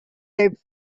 type